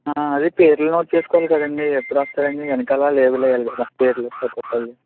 అదే పేర్లు నోట్ చేసుకోవాలి కదండీ ఎప్పుడు వస్తారనీ వెనకాల లేబుల్ వేయాలి కదా పేర్లు ఒక్కొక్కరిది